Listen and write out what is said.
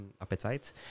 appetite